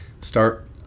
start